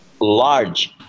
large